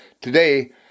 today